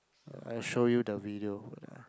I show you the video wait ah